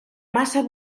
massa